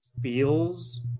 feels